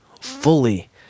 fully